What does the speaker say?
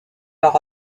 leur